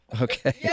Okay